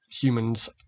humans